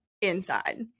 inside